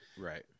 right